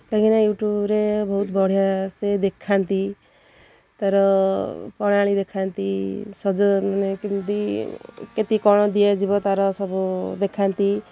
କାହିଁକିନା ୟୁଟ୍ୟୁବ୍ରେ ବହୁତ ବଢ଼ିଆସେ ଦେଖାନ୍ତି ତା'ର ପ୍ରଣାଳୀ ଦେଖାନ୍ତି ସଜ ମାନେ କେମିତି କେତେ କ'ଣ ଦିଆଯିବ ତା'ର ସବୁ ଦେଖାନ୍ତି